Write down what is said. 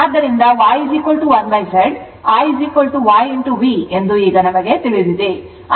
ಆದ್ದರಿಂದ Y 1Z I YV ಎಂದು ಈಗ ನಮಗೆ ತಿಳಿದಿದೆ